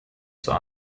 zur